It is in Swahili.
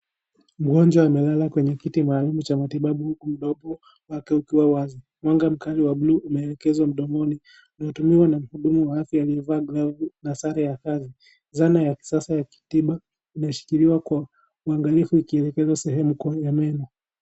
Mgonjwa amelala kwenye kiti maalum cha matibabu huku mdomo wake ukiwa wazi. Mwanga mkali wa buluu umeelekezwa mdomoni, unatumiwa na muhudumu wa afya aliyevaa gavu na sare ya kazi. Zana ya kisasa ya kitiba imeshikiliwa kwa uangalifu ikielekezwa sehemu ya kuu meno.